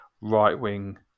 right-wing